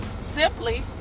simply